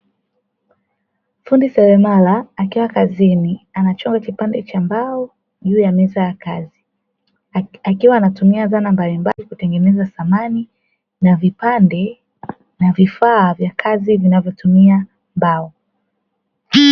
Fundi seremala akiwa kazini anachonga kipande cha mbao juu ya meza ya kazi, akiwa anatumia zana mbali mbali kutengeneza samani na vipande na vifaa vya kazi vinavyotumia mbao.